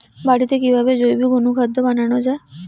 বাড়িতে কিভাবে জৈবিক অনুখাদ্য বানানো যায়?